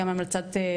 גם בהמלצת דפנה,